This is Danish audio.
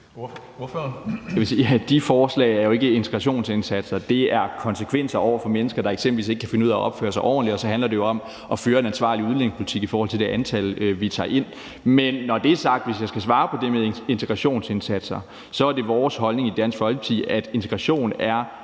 at de forslag jo ikke er integrationsindsatser. Det er konsekvenser for mennesker, der eksempelvis ikke kan finde ud af at opføre sig ordentligt. Og så handler det om at føre en ansvarlig udlændingepolitik i forhold til det antal, vi tager ind. Men når det er sagt, hvis jeg skal svare på det med integrationsindsatser, så er det vores holdning i Dansk Folkeparti, at integration er